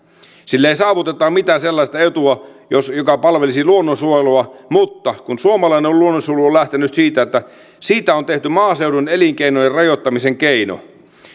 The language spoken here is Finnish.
sillä ei saavuteta mitään sellaista etua joka palvelisi luonnonsuojelua mutta suomalainen luonnonsuojelu on lähtenyt siitä että siitä on tehty maaseudun elinkeinojen rajoittamisen keino